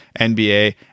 NBA